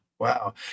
Wow